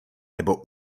nebo